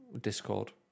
Discord